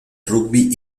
rugby